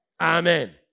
Amen